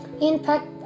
Impact